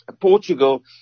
Portugal